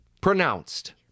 pronounced